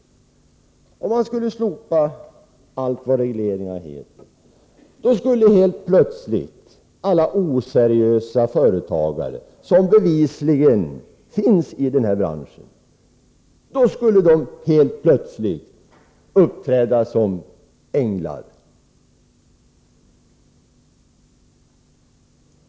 Om man slopade allt vad regleringar heter, skulle alla oseriösa företagare, som bevisligen finns i den här branschen, helt plötsligt uppträda som änglar.